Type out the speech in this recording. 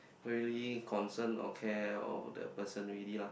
really concern or care or the person already lah